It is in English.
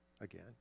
again